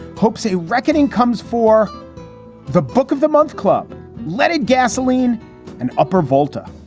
hopes a reckoning comes for the book of the month club leaded gasoline and upper volta.